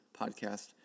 podcast